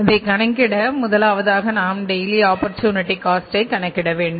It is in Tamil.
அதை கணக்கிட முதலாவதாக நாம் டெய்லி ஆப்பர்சூனிட்டி காஸ்ட்டை கணக்கிட வேண்டும்